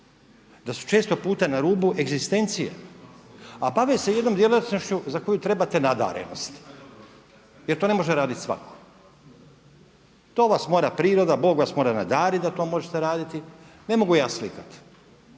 Da su često puta na rubu egzistencije a bave se jednom djelatnošću za koju trebate nadarenost jer to ne može raditi svako. To vas mora priroda, Bog vas mora naraditi da to možete raditi, ne mogu ja slikati,